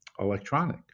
electronic